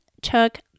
took